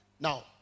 now